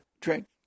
drink